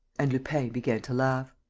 and lupin began to laugh